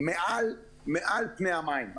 מעל פני המים.